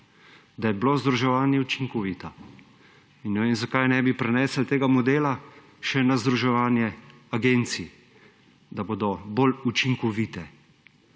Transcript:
da je bilo združevanje učinkovito. Ne vem, zakaj ne bi prenesli tega modela še na združevanje agencij, da bodo bolj učinkovite.